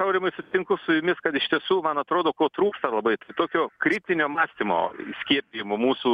aurimai sutinku su jumis kad iš tiesų man atrodo ko trūksta labai tai tokio kritinio mąstymo skiepijimo mūsų